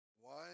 One